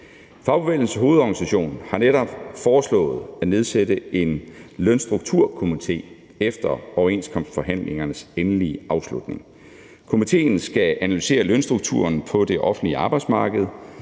Fagbevægelsens Hovedorganisation har netop foreslået at nedsætte en lønstrukturkomité efter overenskomstforhandlingernes endelige afslutning. Komitéen skal analysere lønstrukturen på det offentlige arbejdsmarked,